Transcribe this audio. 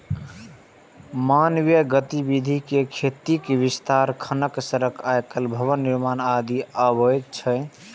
मानवीय गतिविधि मे खेतीक विस्तार, खनन, सड़क आ भवन निर्माण आदि अबै छै